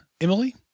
Emily